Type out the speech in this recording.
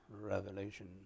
revelation